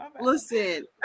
Listen